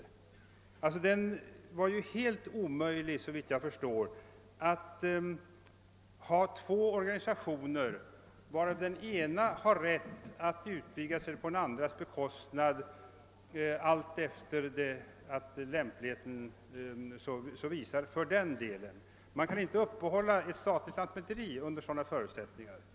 Det måste såvitt jag förstår vara helt omöjligt att jämsides med varandra ha två organisationer, av vilka den ena allt efter lämplighet skulle ha rätt att utvidga sig på den andras bekostnad. Man kan inte upprätthålla en statlig lantmäteriverksamhet under sådana förutsättningar.